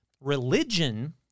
Religion